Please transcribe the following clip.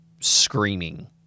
screaming